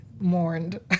mourned